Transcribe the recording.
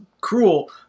cruel